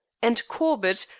and corbett,